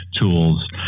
tools